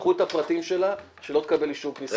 קחו את הפרטים שלה כדי שהיא לא תקבל אישור כניסה למשכן.